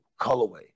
colorway